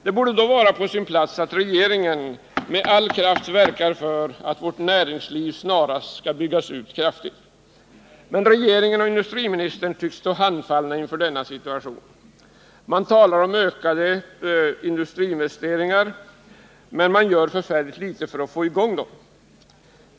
Det borde då vara på sin plats att regeringen med all kraft verkar för att vårt näringsliv snarast byggs ut kraftigt. Men regeringen och industriministern tycks stå handfallna inför denna situation. Man talar om ökade industriinvesteringar, men man gör förfärligt litet för att få i gång dem.